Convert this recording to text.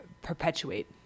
Perpetuate